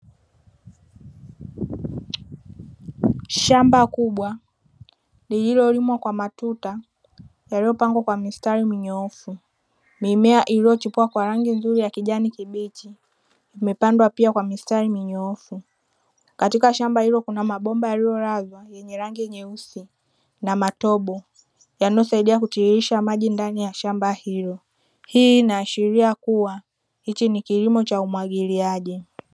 Shamba kubwa lililolimwa kwa matuta yaliyopangwa kwa mistari minyoofu, mimea iliyochipua kwa rangi nzuri ya kijani kibichi imepandwa pia kwa mistari minyoofu. Katika shamba hilo kuna mabomba yaliyolazwa yenye rangi nyeusi na matobo yanayosaidia kutiririsha maji ndani ya shamba hilo, hii inaashiria kuwa hichi ni kilimo cha umwagiliaji.